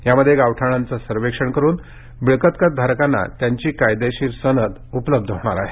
यामध्ये गावठाणांचं सर्वेक्षण करून मिळकत धारकांना त्यांची कायदेशीर सनद उपलब्ध होणार आहे